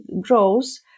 grows